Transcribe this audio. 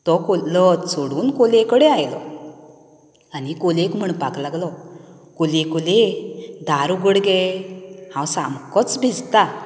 तो कोलो लज सोडून कोलये कडेन आयलो आनी कोलयेक म्हणपाक लागलो कोलये कोलये दार उगड गे हांव सामकोच भिजतां